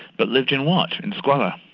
but lived in what in squalor.